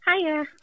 Hiya